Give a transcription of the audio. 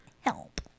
Help